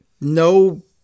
no